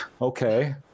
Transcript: okay